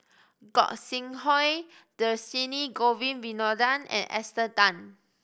Gog Sing Hooi Dhershini Govin Winodan and Esther Tan